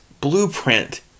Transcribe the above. blueprint